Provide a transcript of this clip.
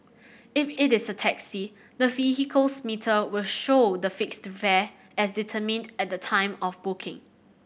if it is a taxi the vehicle's meter will show the fixed fare as determined at the time of booking